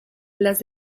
las